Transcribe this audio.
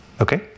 Okay